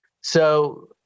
So-